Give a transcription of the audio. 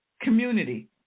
Community